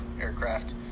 aircraft